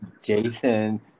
Jason